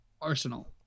Arsenal